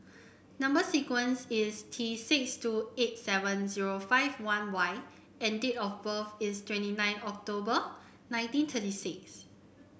number sequence is T six two eight seven zero five one Y and date of birth is twenty nine October nineteen twenty six